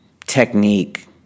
technique